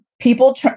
people